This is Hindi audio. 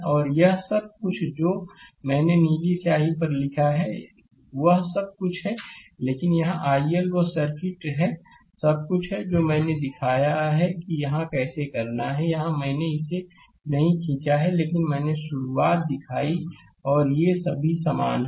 और यह सब कुछ जो मैंने नीली स्याही पर लिखा है वह सब कुछ है लेकिन यहां iL वहाँ सर्किट सब कुछ है जो मैंने दिखाया कि यह कैसे करना है यहाँ मैंने इसे नहीं खींचा है लेकिन मैंने शुरुआत दिखाई और ये सभी समान हैं